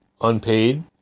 unpaid